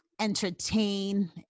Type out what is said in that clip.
entertain